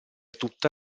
tutta